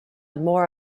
more